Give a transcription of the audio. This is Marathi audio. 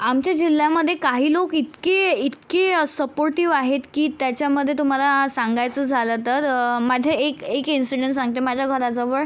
आमच्या जिल्ह्यामदे काही लोक इतके इतके सपोर्टीव आहेत की त्याच्यामधे तुम्हाला सांगायचं झालं तर माझ्या एक एक इन्सीडन् सांगते माझ्या घराजवळ